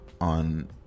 on